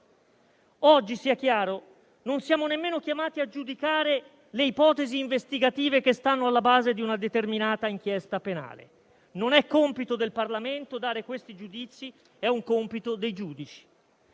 Oggi - sia chiaro - non siamo nemmeno chiamati a giudicare le ipotesi investigative che stanno alla base di una determinata inchiesta penale - non è compito del Parlamento dare questi giudizi, è un compito dei giudici